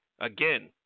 Again